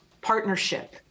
partnership